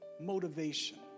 motivation